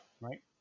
Right